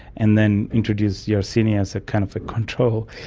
and then introduced yersinia as a kind of a control,